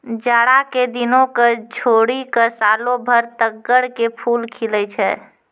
जाड़ा के दिनों क छोड़ी क सालों भर तग्गड़ के फूल खिलै छै